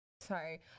sorry